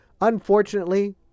Unfortunately